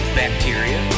bacteria